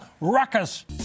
ruckus